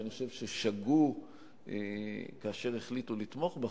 ואני חושב שהם שגו כאשר החליטו לתמוך בכם,